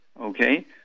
okay